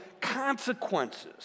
consequences